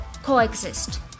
coexist